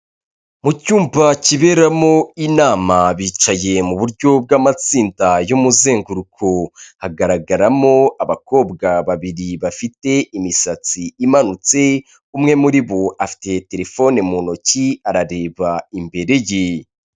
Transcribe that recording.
Mu cyumba kiberamo inama bicaye mu buryo bw'amatsinda y'umuzenguruko, hagaragaramo abakobwa babiri bafite imisatsi imanutse umwe muri bo afite telefone mu ntoki arareba imbere ye.